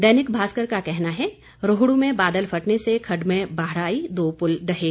दैनिक भास्कर का कहना है रोहड़ू में बादल फटने से खड़ड में बाढ़ आई दो पुल ढहे